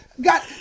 got